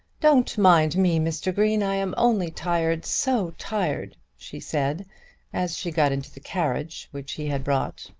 don't mind me, mr. green i am only tired so tired, she said as she got into the carriage which he had brought.